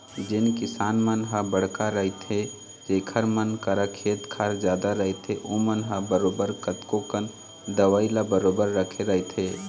जेन किसान मन ह बड़का रहिथे जेखर मन करा खेत खार जादा रहिथे ओमन ह बरोबर कतको कन दवई ल बरोबर रखे रहिथे